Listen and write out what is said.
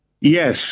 Yes